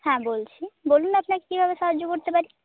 হ্যাঁ বলছি বলুন আপনাকে কিভাবে সাহায্য করতে পারি